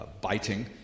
biting